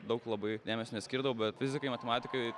daug labai dėmesio neskirdavau bet fizikai matematikai